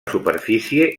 superfície